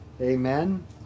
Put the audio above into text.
Amen